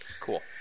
Cool